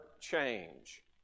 change